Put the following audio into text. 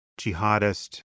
jihadist